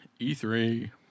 E3